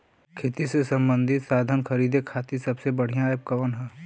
खेती से सबंधित साधन खरीदे खाती सबसे बढ़ियां एप कवन ह?